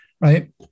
right